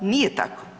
Nije tako.